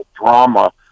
drama